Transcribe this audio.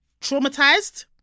traumatized